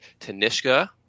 Tanishka